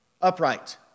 Upright